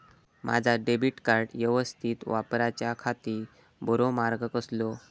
माजा debit card यवस्तीत वापराच्याखाती बरो मार्ग कसलो?